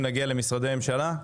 נגיע למשרדי הממשלה.